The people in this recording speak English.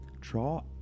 draw